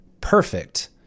perfect